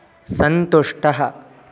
सन्तुष्टः